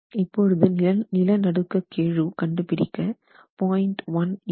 இப்பொழுது நிலநடுக்க கெழு கண்டுபிடிக்க 0